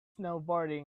snowboarding